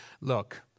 Look